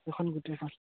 এইখন গোটেইখন